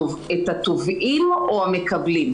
את התובעים או המקבלים?